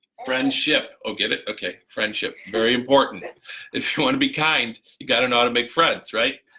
friendship. oh get it okay friendship very important if you want to be kind you got to know how to make friends, right?